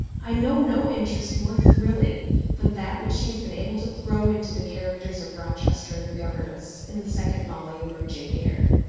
i know no interest more thrilling than that which she has been able to throw into the characters of rochester and the governess, in the second volume of jane eyre.